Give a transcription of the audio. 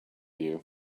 you